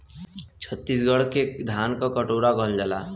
छतीसगढ़ के धान क कटोरा कहल जाला